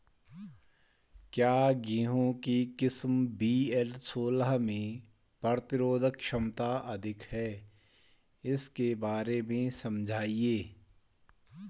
क्या गेहूँ की किस्म वी.एल सोलह में प्रतिरोधक क्षमता अधिक है इसके बारे में समझाइये?